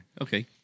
okay